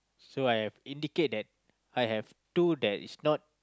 so I have indicate that I have two that is not